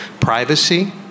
Privacy